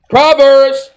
Proverbs